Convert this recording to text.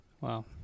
Wow